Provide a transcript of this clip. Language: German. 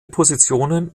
positionen